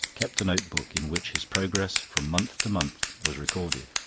kept a notebook, in which his progress from month to month was recorded.